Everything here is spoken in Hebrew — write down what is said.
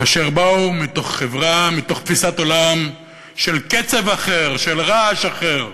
אשר באו מתוך תפיסת עולם של קצב אחר, של רעש אחר?